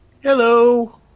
Hello